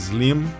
Slim